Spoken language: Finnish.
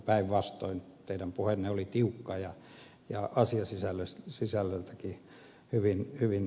päinvastoin teidän puheenne oli tiukka ja asiasisällöltäänkin hyvin tärkeä